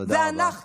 תודה רבה.